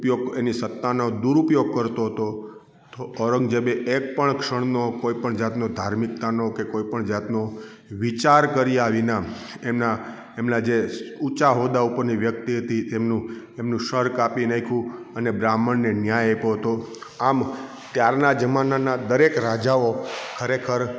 ઉપયોગ એની સત્તાનો દૂરઉપયોગ કરતો હતો તો ઔરંગઝેબે એક પણ ક્ષણનો કોઈ પણ જાતનો ધાર્મિકતાનો કે કોઈ પણ જાતનો વિચાર કર્યા વિના એના એમના જે ઊંચા હોદ્દા પરની વ્યક્તિ હતી એમનું સર કાપી નાખ્યું અને બ્રાહ્મણને ન્યાય આપ્યો હતો આમ ત્યારનાં જમાનાનાં દરેક રાજાઓ ખરેખર